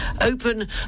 open